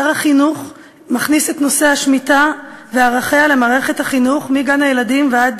שר החינוך מכניס את נושא השמיטה וערכיה למערכת החינוך מגן-הילדים ועד